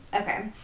okay